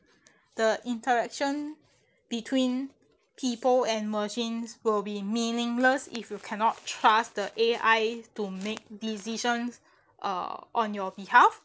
the interaction between people and machines will be meaningless if you cannot trust the A_I to make decisions on your behalf